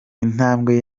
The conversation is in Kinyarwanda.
intambwe